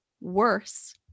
worse